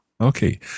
Okay